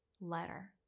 letter